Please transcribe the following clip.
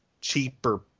cheaper